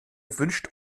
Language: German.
wünscht